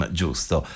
giusto